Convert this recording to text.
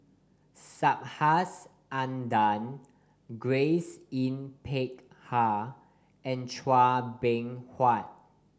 Subhas Anandan Grace Yin Peck Ha and Chua Beng Huat